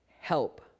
Help